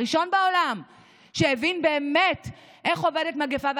הראשון בעולם שהבין באמת איך עובדת מגפה.